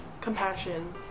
compassion